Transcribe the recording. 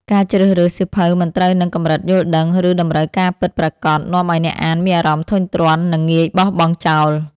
ការជ្រើសរើសសៀវភៅមិនត្រូវនឹងកម្រិតយល់ដឹង ឬតម្រូវការពិតប្រាកដ នាំឱ្យអ្នកអានមានអារម្មណ៍ធុញទ្រាន់ និងងាយបោះបង់ចោល។